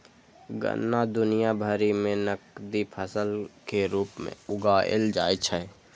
गन्ना दुनिया भरि मे नकदी फसल के रूप मे उगाएल जाइ छै